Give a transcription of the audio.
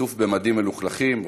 עטוף במדים מלוכלכים,